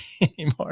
anymore